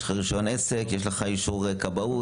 רישיון עסק או אישור כבאות?